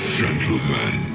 gentlemen